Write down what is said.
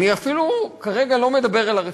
אני אפילו לא מדבר כרגע על הרפורמה.